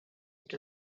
had